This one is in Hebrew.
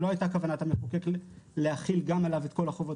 שלא הייתה כוונת המחוקק להחיל גם עליו את כל החובות